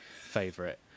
favorite